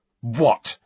What